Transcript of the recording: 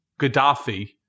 Gaddafi